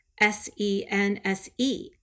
S-E-N-S-E